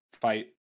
fight